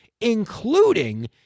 including